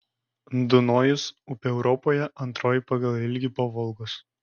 dunojus upė europoje antroji pagal ilgį po volgos